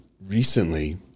recently